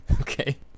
okay